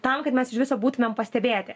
tam kad mes iš viso būtumėm pastebėti